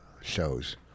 shows